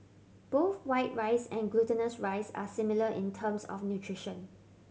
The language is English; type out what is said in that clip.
both white rice and glutinous rice are similar in terms of nutrition